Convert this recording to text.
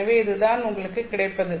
எனவே இது தான் உங்களுக்கு கிடைப்பது